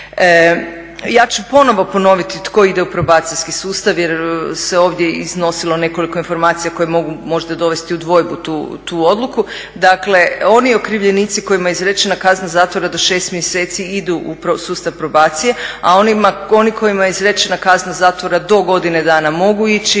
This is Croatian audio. Ja ću ponovo ponoviti tko ide u probacijski sustav, jer se ovdje iznosilo nekolik informacija koje mogu možda dovesti u dvojbu tu odluku. Dakle, oni okrivljenici kojima je izrečena kazna zatvora do 6 mjeseci idu u sustav probacije, a oni kojima je izrečena kazna zatvora do godine dana mogu ići,